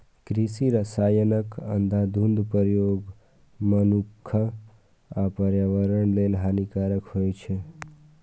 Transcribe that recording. कृषि रसायनक अंधाधुंध प्रयोग मनुक्ख आ पर्यावरण लेल हानिकारक होइ छै